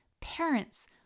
Parents